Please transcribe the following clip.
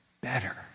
better